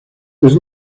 was